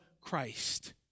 Christ